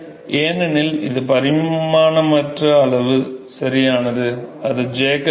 ஏனெனில் இது பரிமாணமற்ற அளவு சரியானது அது ஜேக்கப் எண்